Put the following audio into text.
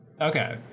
Okay